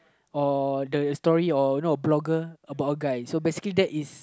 or the story or no blogger about a guy